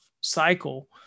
cycle